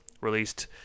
released